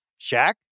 Shaq